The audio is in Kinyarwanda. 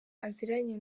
aziranye